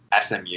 SMU